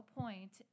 point